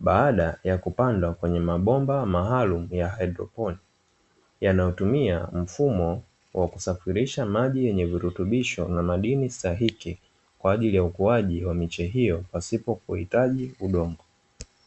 baada ya kupanda kwenye mabomba maalumu ya haidroponi, yanayotumia mfumo wa kusafirisha maji yenye virutubisho na madini stahiki kwa ajili ya ukuaji wa miche hiyo pasipo kuhitaji udongo.